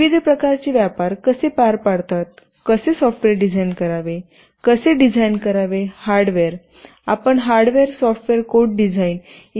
विविध प्रकारचे व्यापार कसे पार पाडतात कसे सॉफ्टवेअर डिझाइन करावे कसे डिझाईन करावे हार्डवेअर आपण हार्डवेअर सॉफ्टवेअर कोड डिझाईन इ